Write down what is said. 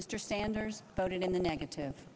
mr sanders voted in the negative